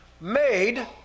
made